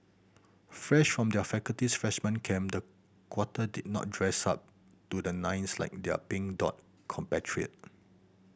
fresh from their faculty's freshman camp the quartet did not dress up to the nines like their Pink Dot compatriot